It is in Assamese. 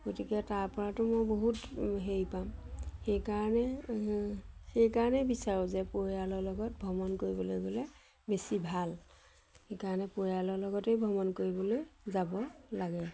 গতিকে তাৰ পৰাতো মই বহুত হেৰি পাম সেইকাৰণে সেইকাৰণেই বিচাৰোঁ যে পৰিয়ালৰ লগত ভ্ৰমণ কৰিবলৈ গ'লে বেছি ভাল সেইকাৰণে পৰিয়ালৰ লগতেই ভ্ৰমণ কৰিবলৈ যাব লাগে